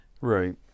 Right